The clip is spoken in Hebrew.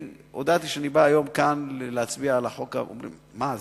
הודעתי שאני בא כאן היום להצביע על החוק ואומרים: מה,